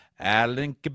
Alan